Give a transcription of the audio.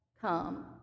come